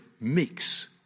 mix